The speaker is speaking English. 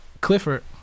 Clifford